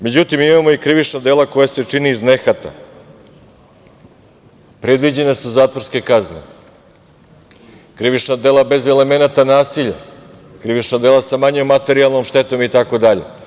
Međutim, imamo i krivična dela koja se čini iz nehata, predviđene su zakonske kazne, krivična dela bez elemenata nasilja, krivična dela sa manjom materijalnom štetom itd.